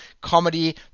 comedy